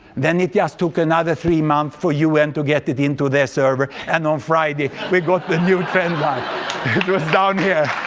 then it just took another three months for u n. to get it into their server, and on friday we got the new trend line it was down here.